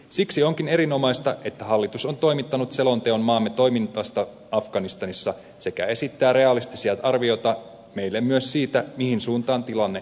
siksi onkin erinomaista että hallitus on toimittanut selonteon maamme toiminnasta afganistanissa sekä esittää realistisia arvioita meille myös siitä mihin suuntaan tilanne on kehittymässä